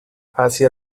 hacia